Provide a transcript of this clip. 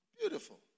Beautiful